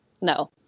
No